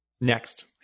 next